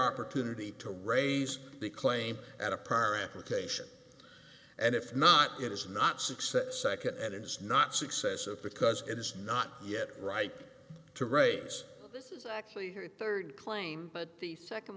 opportunity to raise the claim at a par application and if not it is not success second and it is not successive because it is not yet right to raise this is actually her third claim but the second